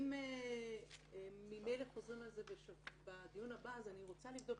מאחר שנצטרך לדון,